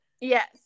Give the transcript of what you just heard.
Yes